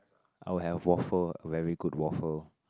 I'll have waffle very good waffle